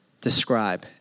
describe